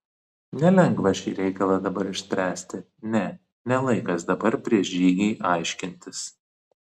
nelengva šį reikalą dabar išspręsti ne ne laikas dabar prieš žygį aiškintis